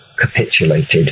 capitulated